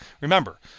remember